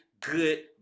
Good